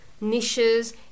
niches